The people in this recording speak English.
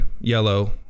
yellow